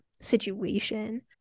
situation